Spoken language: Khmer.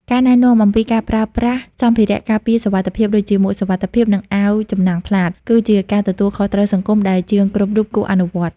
ការណែនាំអំពីការប្រើប្រាស់សម្ភារៈការពារសុវត្ថិភាពដូចជា មួកសុវត្ថិភាព និងអាវចំណាំងផ្លាត គឺជាការទទួលខុសត្រូវសង្គមដែលជាងគ្រប់រូបគួរអនុវត្ត។